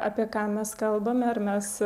apie ką mes kalbame ar mes